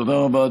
תודה רבה.